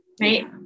Right